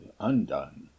undone